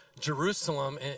Jerusalem